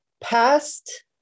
past